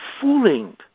fooling